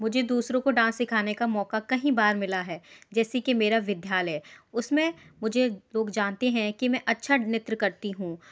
मुझे दूसरों को डांस सिखाने का मौका कहीं बार मिला है जैसे कि मेरा विद्यालय उसमें मुझे लोग जानते हैं कि मैं अच्छा नृत्य करती हूँ